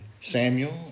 Samuel